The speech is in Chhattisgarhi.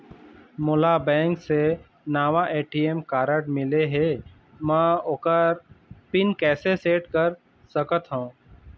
मोला बैंक से नावा ए.टी.एम कारड मिले हे, म ओकर पिन कैसे सेट कर सकत हव?